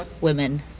women